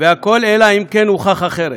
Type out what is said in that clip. והכול אלא אם כן הוכח אחרת.